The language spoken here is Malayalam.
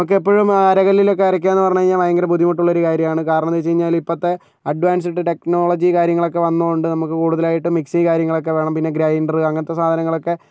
നമുക്കെപ്പോഴും അരകല്ലിലൊക്കെ അരക്കുകയെന്ന് പറഞ്ഞു കഴിഞ്ഞാൽ ഭയങ്കര ബുദ്ധിമുട്ടുള്ള ഒരു കാര്യമാണ് കാരണന്താണെന്ന് വെച്ച്കഴിഞ്ഞാൽ ഇപ്പോഴത്തെ അഡ്വാൻസ്ഡ് ടെക്നോളജി കാര്യങ്ങളൊക്കെ വന്നതു കൊണ്ട് കൂടുതലായിട്ടും മിക്സി കാര്യങ്ങളൊക്കെ വേണം പിന്നെ ഗ്രൈൻഡർ അങ്ങനത്തെ സാധനങ്ങളൊക്കെ